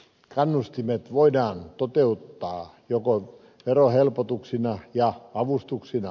kannustimet voidaan toteuttaa joko verohelpotuksina tai avustuksina